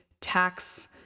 tax